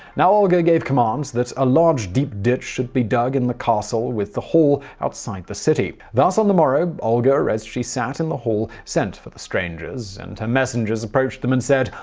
now olga gave command that a large deep ditch should be dug in the castle with the hall, outside the city. thus, on the morrow, olga, as she sat in the hall, sent for the strangers, and her messengers approached them and said,